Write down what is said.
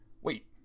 Wait